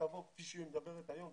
כפי שהיא מדברת היום,